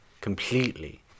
completely